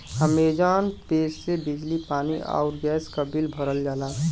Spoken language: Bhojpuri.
अमेजॉन पे से बिजली पानी आउर गैस क बिल भरल जाला